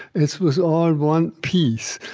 this was all one piece.